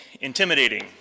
intimidating